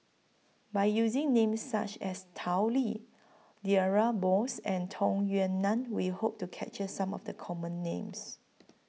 By using Names such as Tao Li Deirdre Moss and Tung Yue Nang We Hope to capture Some of The Common Names